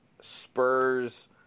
Spurs